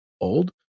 old